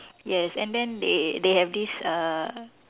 yes and then they they have this uh